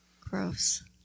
Gross